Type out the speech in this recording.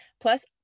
plus